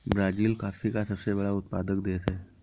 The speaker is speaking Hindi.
ब्राज़ील कॉफी का सबसे बड़ा उत्पादक देश है